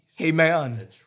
Amen